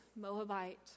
Moabite